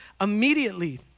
immediately